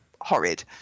horrid